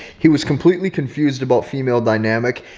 he was completely confused about female dynamic,